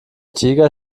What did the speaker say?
tiger